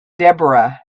deborah